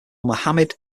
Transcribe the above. mohamed